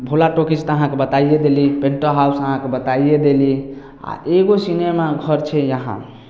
Bhola talkies तऽ अहाँके बताइये देली पेंटा हाउस अहाँके बताइये देली आ एगो सिनेमाघर छै यहाँ